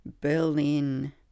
berlin